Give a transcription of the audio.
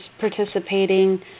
participating